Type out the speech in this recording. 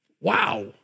Wow